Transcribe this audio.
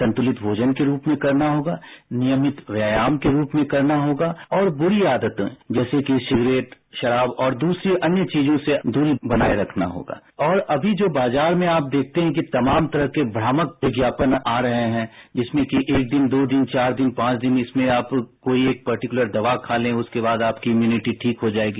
संतुलित भोजन के रूप में करना होगा नियमित व्यायाम के रूप में करना होगा और बूरी आदतों जैसे कि सिगरेट शराब और दूसरी अन्य चीजों से दूरी बनाए रखना होगा और अमी जो बाजार में आप देखते हैं कि तमाम तरह के भ्रामक विज्ञापन आ रहे हैं जिसमें कि एक दिन दो दिन चार दिन पांच दिन इसमें आप कोई एक पर्टिकलर दवा खा लें उसके बाद आपकी इम्यूनिटी ठीक हो जाएगी